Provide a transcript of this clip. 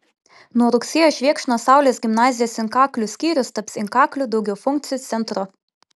nuo rugsėjo švėkšnos saulės gimnazijos inkaklių skyrius taps inkaklių daugiafunkciu centru